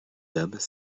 dames